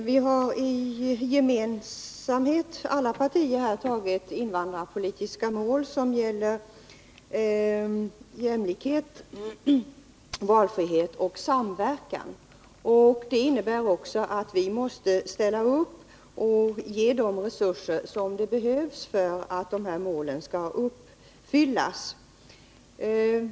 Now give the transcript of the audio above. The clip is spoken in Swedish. Fru talman! Alla partier här har i gemensamhet antagit de invandrarpolitiska mål som gäller jämlikhet, valfrihet och samverkan. Det innebär att vi också måste ställa upp och ge de resurser som behövs för att de målen skall kunna uppfyllas.